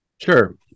Sure